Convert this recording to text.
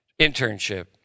Internship